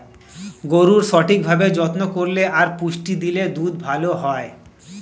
গরুর সঠিক ভাবে যত্ন করলে আর পুষ্টি দিলে দুধ ভালো হয়